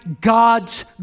God's